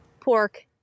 pork